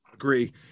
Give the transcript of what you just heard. agree